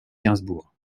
gainsbourg